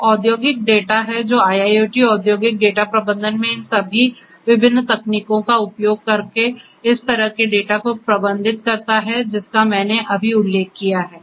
तो औद्योगिक डेटा है जो IIoT औद्योगिक डेटा प्रबंधन में इन सभी विभिन्न तकनीकों का उपयोग करके इस तरह के डेटा को प्रबंधित करता है जिसका मैंने अभी उल्लेख किया है